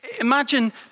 Imagine